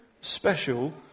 special